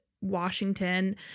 Washington